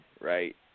right